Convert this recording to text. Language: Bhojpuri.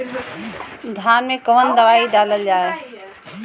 धान मे कवन दवाई डालल जाए?